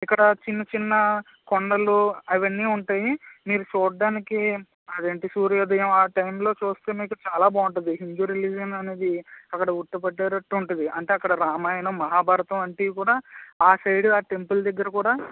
ఇక్కడ చిన్న చిన్న కొండలు అవన్నీ ఉంటాయి మీరు చూడటానికి అదేంటి సూర్యోదయం ఆ టైములో చూస్తే మీకు చాలా బాగుంటుంది హిందూ రిలీజియన్ అనేది అక్కడ ఉట్టిపడేటట్లు ఉంటుంది అంటే అక్కడ రామాయణం మహాభారతం వంటివి కూడా ఆ సైడు ఆ టెంపుల్ దగ్గర కూడా